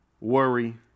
worry